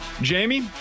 Jamie